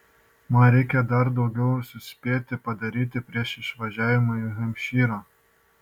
man reikia dar daug ką suspėti padaryti prieš išvažiavimą į hempšyrą